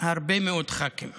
הרבה מאוד ח"כים